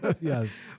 Yes